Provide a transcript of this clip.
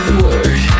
word